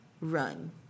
run